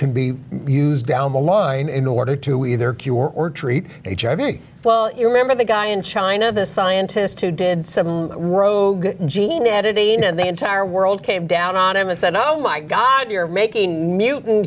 can be used down the line in order to either cure or treat hiv me well you remember the guy in china the scientist who did some rogue gene editing and the entire world came down on him and said oh my god you're making mutant